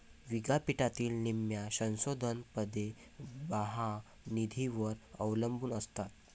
विद्यापीठातील निम्म्या संशोधन पदे बाह्य निधीवर अवलंबून असतात